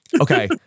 Okay